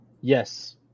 Yes